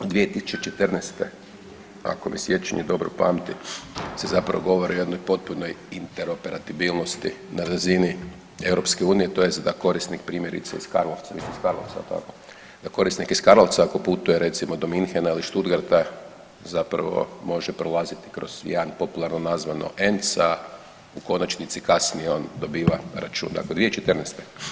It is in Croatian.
Od 2014. ako me sjećanje dobro pamti se zapravo govori o jednoj potpunoj interoperatibilnosti na razini EU to je sada korisnik primjerice iz Karlovca, vi ste iz Karlovca jel tako, da korisnik iz Karlovca ako putuje recimo do Münchena ili Stuttgarta zapravo može prolaziti kroz jedan popularno nazvano ENC-a u konačnici kasnije on dobiva račun, dakle 2014.